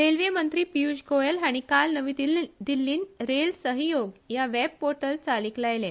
रेल्वेमंत्री पियुष गोयल हाणी काल नवी दिल्लीत रेल सहयोग हे वॅब पोर्टल चालिक लायले